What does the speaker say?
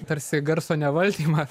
tarsi garso nevaldymą